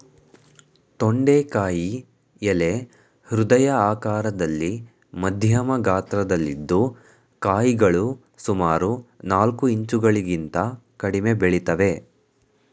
ತೊಂಡೆಕಾಯಿ ಎಲೆ ಹೃದಯ ಆಕಾರದಲ್ಲಿ ಮಧ್ಯಮ ಗಾತ್ರದಲ್ಲಿದ್ದು ಕಾಯಿಗಳು ಸುಮಾರು ನಾಲ್ಕು ಇಂಚುಗಳಿಗಿಂತ ಕಡಿಮೆ ಬೆಳಿತವೆ